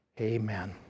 Amen